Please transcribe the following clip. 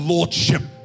Lordship